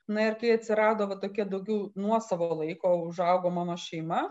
na ir kai atsirado va tokia daugiau nuosavo laiko užaugo mano šeima